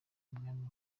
umwami